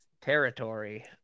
territory